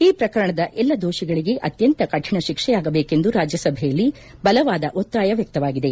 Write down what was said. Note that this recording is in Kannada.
ಈ ಪ್ರಕರಣದ ಎಲ್ಲ ದೋಷಗಳಿಗೆ ಅತ್ಯಂತ ಕಠಿಣ ಶಿಕ್ಷೆಯಾಗಬೇಕೆಂದು ರಾಜ್ಯಸಭೆಯಲ್ಲಿ ಬಲವಾದ ಒತ್ತಾಯ ವ್ನಕ್ತವಾಗಿದೆ